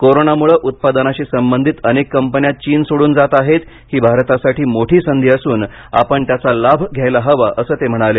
कोरोनामुळे उत्पादनाशी संबंधित अनेक कंपन्या चीन सोडून जात आहेत ही भारतासाठी मोठी संधी असून आपण त्याचा लाभ घ्यायला हवा असं ते म्हणाले